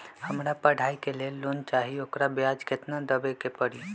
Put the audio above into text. हमरा पढ़ाई के लेल लोन चाहि, ओकर ब्याज केतना दबे के परी?